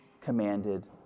commanded